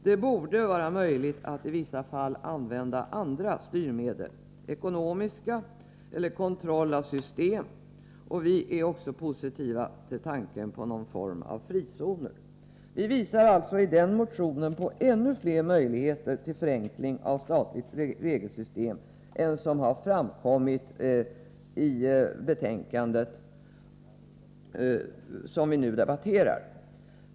Det borde vara möjligt att i vissa fall använda andra styrmedel, ekonomiska sådana eller kontroll av system. Vi är också positiva till tanken på någon form av frizoner. Vi visar alltså i vår motion på ännu fler möjligheter till förenkling av statligt regelsystem än vad som har framkommit i det betänkande som vi nu debatterar.